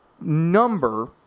number